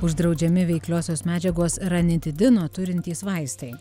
uždraudžiami veikliosios medžiagos ranitidino turintys vaistai